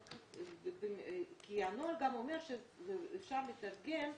הנוהל גם אומר שאפשר לתרגם,